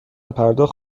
پرداخت